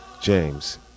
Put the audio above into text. James